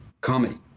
comedy